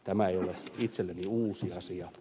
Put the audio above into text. tämä ei ole itselleni uusi asia